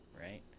right